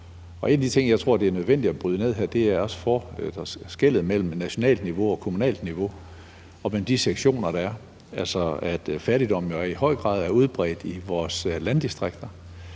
En af de ting, jeg tror at det er nødvendigt at bryde ned, er skellet mellem nationalt niveau og kommunalt niveau i forhold til de sektioner, der er, altså det, at fattigdommen jo i høj grad er udbredt i vores landdistrikter.